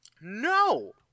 No